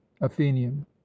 athenian